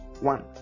one